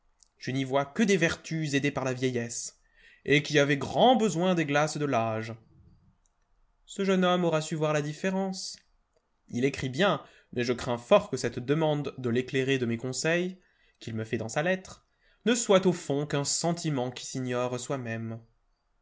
je n'y vois que des vertus aidées par la vieillesse et qui avaient grand besoin des glaces de l'âge ce jeune homme aura su voir la différence il écrit bien mais je crains fort que cette demande de l'éclairer de mes conseils qu'il me fait dans sa lettre ne soit au fond qu'un sentiment qui s'ignore soi-même